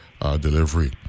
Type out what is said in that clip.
delivery